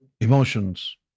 emotions